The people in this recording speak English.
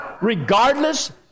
Regardless